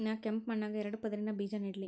ನಾ ಕೆಂಪ್ ಮಣ್ಣಾಗ ಎರಡು ಪದರಿನ ಬೇಜಾ ನೆಡ್ಲಿ?